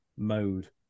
mode